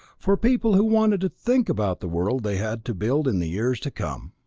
for people who wanted to think about the world they had to build in the years to come.